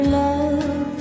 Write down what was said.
love